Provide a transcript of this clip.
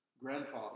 grandfather